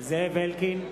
זאב אלקין,